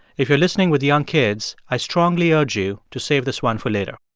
if you're listening with young kids, i strongly urge you to save this one for later